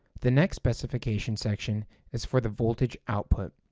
the next specification section is for the voltage output.